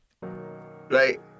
right